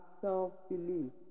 self-belief